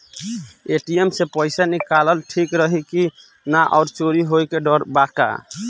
ATM से पईसा निकालल ठीक रही की ना और चोरी होये के डर बा का?